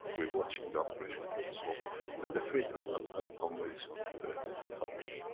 we're watching the operation of the soul and the fate of that man come very soon to the, to the public.